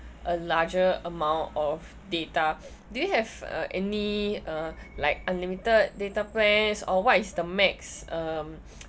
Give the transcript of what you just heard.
a larger amount of data do you have uh any uh like unlimited data plans or what is the max um